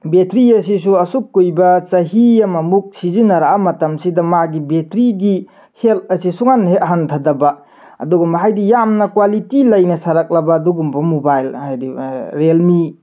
battery ꯑꯁꯤꯁꯨ ꯑꯁꯨꯛ ꯀꯨꯏꯕ ꯆꯍꯤ ꯑꯃꯃꯨꯛ ꯁꯤꯖꯤꯟꯅꯔꯛꯑ ꯃꯇꯝꯁꯤꯗ ꯃꯥꯒꯤ ꯕꯦꯇ꯭ꯔꯤꯒꯤ ꯍꯦꯜꯊ ꯑꯁꯦ ꯁꯨꯛꯍꯟ ꯍꯦꯛ ꯍꯟꯊꯗꯕ ꯑꯗꯨꯒꯨꯝꯕ ꯍꯥꯏꯗꯤ ꯌꯥꯝꯅ ꯀ꯭ꯋꯥꯂꯤꯇꯤ ꯂꯩꯅ ꯁꯥꯔꯛꯂꯕ ꯑꯗꯨꯒꯨꯝꯕ ꯃꯣꯕꯥꯏꯜ ꯍꯥꯏꯗꯤ ꯔꯤꯌꯦꯜꯃꯤ